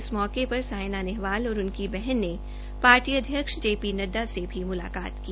इस मौके पर सायना नेहवाल और उनकी वहन ने पार्टी अध्यक्ष जे पी नड्डा से भी मुलाकात की